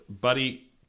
Buddy